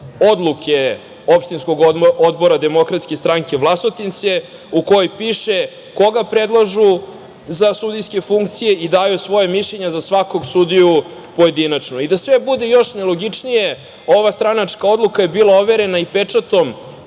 odluke opštinskog odbora DS Vlasotince, u kojoj piše koga predlažu za sudijske funkcije i daju svoje mišljenje za svakog sudiju pojedinačno. Da sve bude još nelogičnije, ova stranačka odluka je bila overena i pečatom